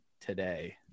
today